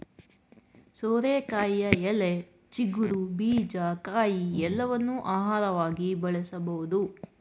ಸೋರೆಕಾಯಿಯ ಎಲೆ, ಚಿಗುರು, ಬೀಜ, ಕಾಯಿ ಎಲ್ಲವನ್ನೂ ಆಹಾರವಾಗಿ ಬಳಸಬೋದು